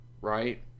right